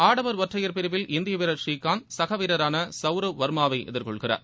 ஆடவர் ஒற்றையர் பிரிவில் இந்திய வீரர் ஸ்ரீகாந்த் கக வீரரான சவுரவ் வர்மாவை எதிர்கொள்கிறார்